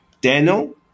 Daniel